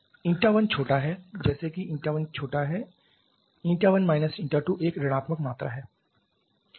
अब η1 छोटा हैजैसे कि η1 छोटा है η1 η2 एक ऋणात्मक मात्रा है